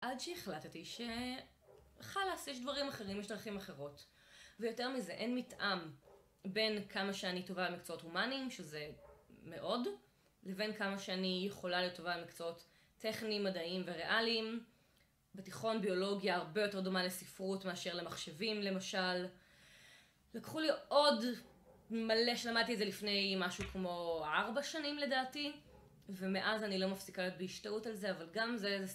עד שהחלטתי ש... חלאס, יש דברים אחרים, יש דרכים אחרות. ויותר מזה, אין מתאם בין כמה שאני טובה למקצועות הומאניים, שזה מאוד, לבין כמה שאני יכולה להיות טובה למקצועות טכניים, מדעיים וריאליים. בתיכון ביולוגיה הרבה יותר דומה לספרות מאשר למחשבים, למשל. לקחו לי עוד מלא, שלמדתי את זה לפני משהו כמו ארבע שנים לדעתי, ומאז אני לא מפסיקה להיות בהשתאות על זה, אבל גם זה...